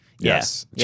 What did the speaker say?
yes